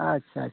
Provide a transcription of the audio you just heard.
ᱟᱪᱪᱷᱟ ᱟᱪᱪᱷᱟ